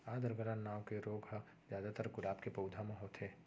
आद्र गलन नांव के रोग ह जादातर गुलाब के पउधा म होथे